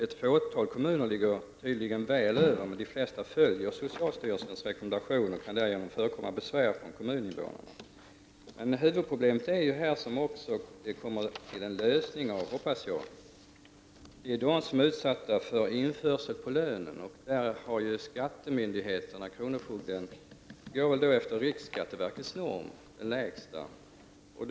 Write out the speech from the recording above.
Ett fåtal kommuner ligger tydligen väl över normen, men de flesta följer socialstyrelsens rekommendationer för att därigenom förekomma besvär från kommuninvånarna. Huvudproblemet är, vilket jag hoppas att vi kommer att få en lösning av, de människor som är utsatta för införsel på lönen. Skattemyndigheterna och kronofogden går där efter riksskatteverkets norm, dvs. den lägsta normen.